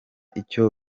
icyo